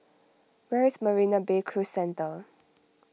where is Marina Bay Cruise Centre